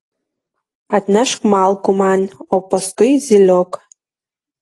atnešk malkų man o paskui zyliok